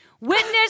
witness